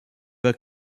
the